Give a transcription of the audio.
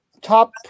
top